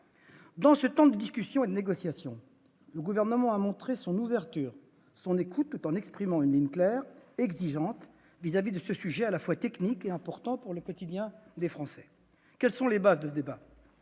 En ces temps de discussion et de négociation, le Gouvernement a fait preuve d'ouverture et d'écoute, tout en présentant une ligne claire et exigeante sur ce sujet à la fois technique et important pour le quotidien des Français. Quelles sont les bases de ce débat ?